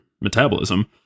metabolism